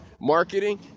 marketing